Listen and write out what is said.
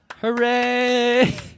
Hooray